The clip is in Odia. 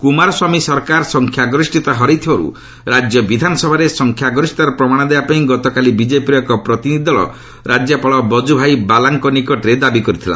କୁମାର ସ୍ୱାମୀ ସରକାର ସଂଖ୍ୟାଗରିଷତା ହରାଇଥିବାରୁ ରାଜ୍ୟ ବିଧାନସଭାରେ ସଂଖ୍ୟାଗରିଷତାର ପ୍ରମାଣ ଦେବା ପାଇଁ ଗତକାଲି ବିଜେପିର ଏକ ପ୍ରତିନିଧି ଦଳ ରାଜ୍ୟପାଳ ବଜୁଭାଇ ବାଲାଙ୍କ ନିକଟରେ ଦାବି କରିଛନ୍ତି